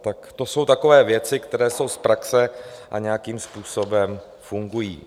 Tak to jsou takové věci, které jsou z praxe a nějakým způsobem fungují.